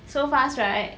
so fast right